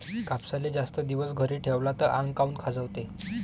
कापसाले जास्त दिवस घरी ठेवला त आंग काऊन खाजवते?